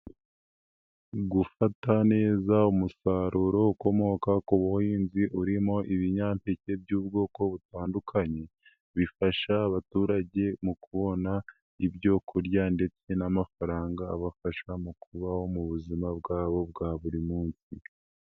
Gufata neza umusaruro ukomoka ku buhinzi urimo ibinyampeke by'ubwoko butandukanye, bifasha abaturage mu kubona ibyo kurya ndetse n'amafaranga abafasha mu kubaho mu buzima bwabo bwa buri munsi.